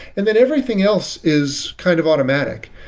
and then everything else is kind of automatic.